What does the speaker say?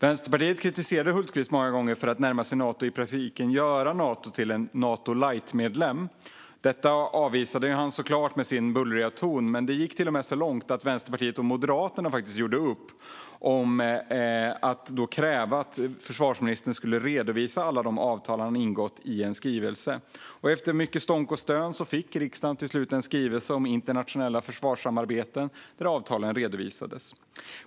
Vänsterpartiet kritiserade Hultqvist många gånger för att närma sig Nato och i praktiken göra Sverige till en Nato light-medlem. Detta avvisade han såklart i sin bullriga ton. Det gick så långt att Vänsterpartiet och Moderaterna gjorde upp och krävde att den dåvarande försvarsministern skulle redovisa alla de avtal han ingått i en skrivelse. Efter mycket stånk och stön fick riksdagen till slut en skrivelse om internationella försvarssamarbeten där avtalen redovisades.